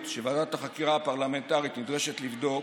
שוועדת החקירה הפרלמנטרית נדרשת לבדוק,